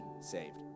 saved